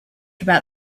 about